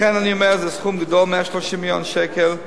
לכן, אני אומר: זה סכום גדול, 130 מיליון שקל,